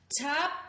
top